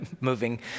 moving